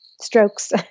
strokes